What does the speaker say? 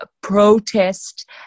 protest